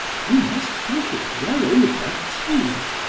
you must think it well over too.